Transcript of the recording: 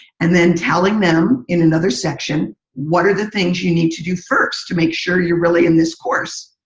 and then telling them in another section what are the things you need to do first to make sure you're really in this course.